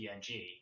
PNG